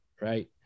right